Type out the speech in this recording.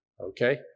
Okay